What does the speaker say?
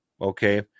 okay